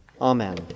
Amen